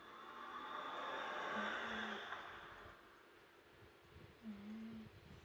mm mm